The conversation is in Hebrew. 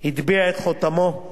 הטביע את חותמו,